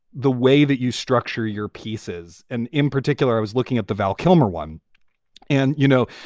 the way that you structure your pieces. and in particular, i was looking at the val kilmer one and, you know,